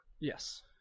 Yes